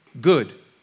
good